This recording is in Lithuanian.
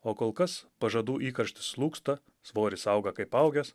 o kol kas pažadų įkarštis slūgsta svoris auga kaip augęs